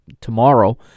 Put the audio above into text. tomorrow